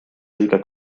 õige